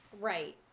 Right